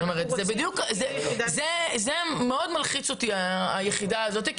זה מאוד מלחיץ אותי היחידה הזאת,